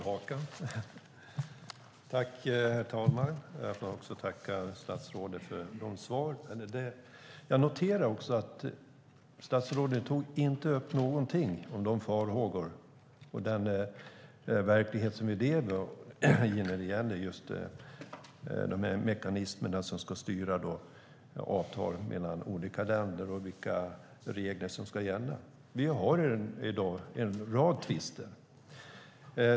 Herr talman! Jag tackar statsrådet för svaret! Jag noterade att statsrådet inte tog upp någonting om farhågorna när det gäller just mekanismerna som ska styra avtal mellan olika länder och vilka regler som ska gälla. Vi har i dag en rad tvister.